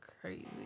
crazy